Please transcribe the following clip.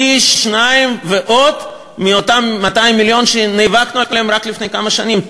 פי-שניים ועוד מאותם 200 מיליון שנאבקנו עליהם רק לפני כמה שנים.